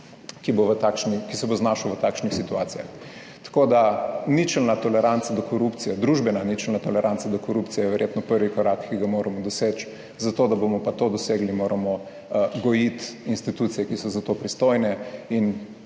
ki se bo znašel v takšnih situacijah. Tako da, ničelna toleranca do korupcije, družbena ničelna toleranca do korupcije je verjetno prvi korak, ki ga moramo doseči, za to, da bomo pa to dosegli, moramo gojiti institucije, ki so za to pristojne in